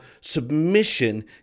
submission